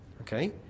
Okay